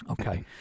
Okay